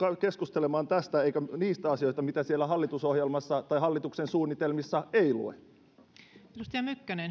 keskustelemaan tästä eikä niistä asioista mitä siellä hallitusohjelmassa tai hallituksen suunnitelmissa ei lue